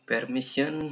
Permission